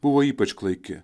buvo ypač klaiki